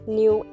new